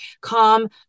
calm